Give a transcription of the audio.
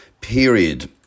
period